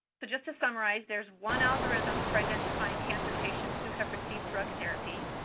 but just to summarize, there's one algorithm for identifying cancer patients who have received drug therapy.